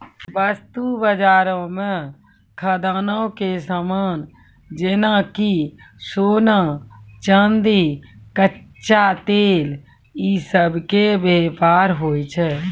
वस्तु बजारो मे खदानो के समान जेना कि सोना, चांदी, कच्चा तेल इ सभ के व्यापार होय छै